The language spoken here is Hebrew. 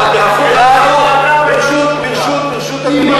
ברשות אדוני, שיש לך הסמכות.